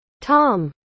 Tom